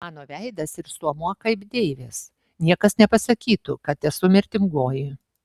mano veidas ir stuomuo kaip deivės niekas nepasakytų kad esu mirtingoji